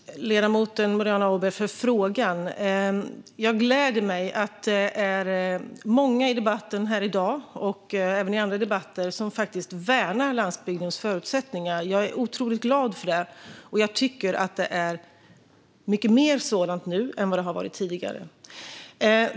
Fru talman! Jag tackar ledamoten Boriana Åberg för frågan. Det gläder mig att det är många i debatten här i dag, och även i andra debatter, som faktiskt värnar landsbygdens förutsättningar. Jag är otroligt glad för det, och jag tycker att det är mycket mer av detta nu än vad det har varit tidigare.